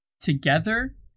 together